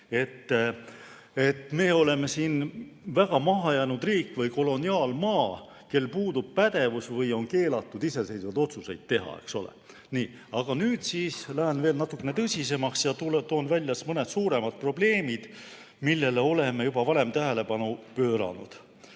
et me oleme väga mahajäänud riik või koloniaalmaa, kel puudub pädevus või kellel on keelatud iseseisvaid otsuseid teha, eks ole. Nii, nüüd lähen veel natukene tõsisemaks ja toon välja mõned suuremad probleemid, millele oleme juba varem tähelepanu juhtinud.